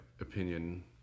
opinion